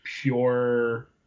pure